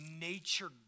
nature